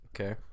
Okay